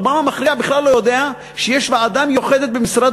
רובם המכריע בכלל לא יודע שיש ועדה מיוחדת במשרד